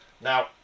Now